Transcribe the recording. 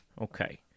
Okay